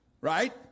right